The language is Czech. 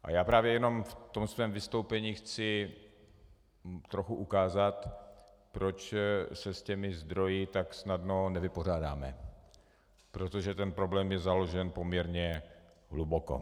A já právě jenom ve svém vystoupení chci trochu ukázat, proč se s těmi zdroji tak snadno nevypořádáme, protože ten problém je založen poměrně hluboko.